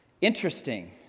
Interesting